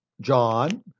John